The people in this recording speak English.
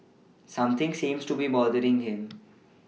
something seems to be bothering him